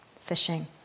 fishing